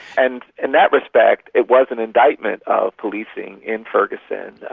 and in that respect it was an indictment of policing in ferguson,